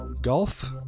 Golf